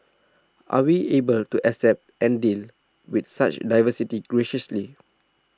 are we able to accept and deal with such diversity graciously